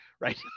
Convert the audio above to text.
right